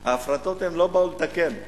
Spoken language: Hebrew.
ההפרטות לא באו לתקן,